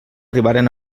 arribaren